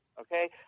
okay